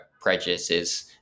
prejudices